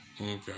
Okay